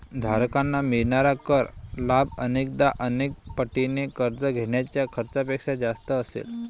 धारकांना मिळणारा कर लाभ अनेकदा अनेक पटीने कर्ज घेण्याच्या खर्चापेक्षा जास्त असेल